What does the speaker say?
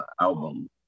album